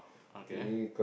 okay